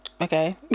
okay